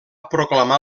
proclamar